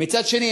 ומצד אחר,